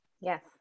Yes